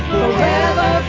Forever